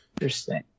Interesting